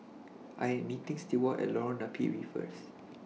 I Am meeting Stewart At Lorong Napiri First